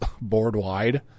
board-wide